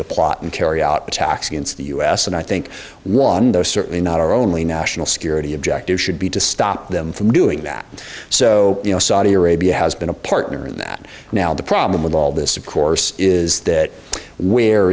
to plot and carry out attacks against the u s and i think one they're certainly not our only national security objective should be to stop them from doing that so you know saudi arabia has been a partner in that now the problem with all this of course is that where